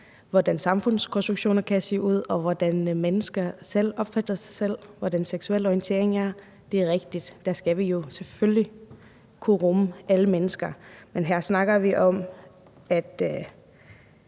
hvordan samfundskonstruktioner kan se ud, hvordan mennesker opfatter sig selv og hvordan deres seksuelle orientering er, er det rigtigt, at vi jo selvfølgelig skal kunne rumme alle mennesker. Men her snakker vi om, at